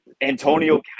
Antonio